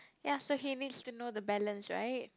ya so he needs to know the balance right